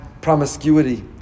promiscuity